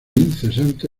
incesante